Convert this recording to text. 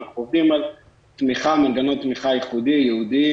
אנחנו עובדים על מנגנון תמיכה ייחודי, ייעודי,